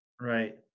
Right